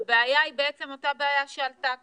הבעיה היא אותה בעיה שעלתה כאן,